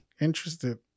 interested